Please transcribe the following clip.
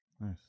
Nice